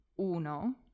uno